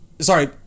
sorry